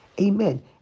Amen